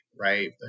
right